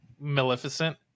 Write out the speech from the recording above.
Maleficent